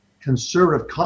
conservative